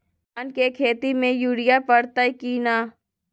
धान के खेती में यूरिया परतइ कि न?